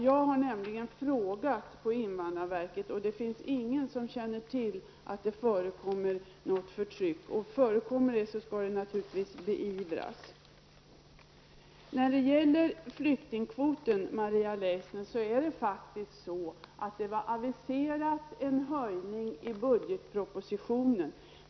Jag har nämligen frågat på invandrarverket och det finns ingen som känner till att det förekommer något förtryck. Förekommer sådant skall det naturligtvis beivras. När det gäller flyktingkvoten, Maria Leissner, var en höjning aviserad i budgetpropositionen.